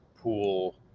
Pool